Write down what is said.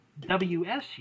WSU